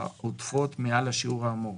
העודפות מעל השיעור האמור,